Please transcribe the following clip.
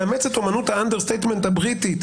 לאמץ את אמנות האנדרסטייטמנט הבריטית.